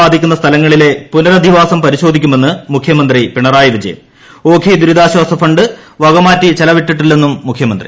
ബാധിക്കുന്ന സ്ഥലങ്ങളിലെ പുനരധിവാസം പരിശോധിക്കുമെന്ന് മുഖ്യമന്ത്രി പിണറായി വിജയൻ ഓഖി ദുരിതാശ്വാസഫണ്ട് വക മാറ്റി ചെലവിട്ടില്ലെന്നും മുഖ്യമന്ത്രി